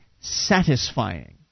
satisfying